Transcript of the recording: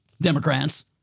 Democrats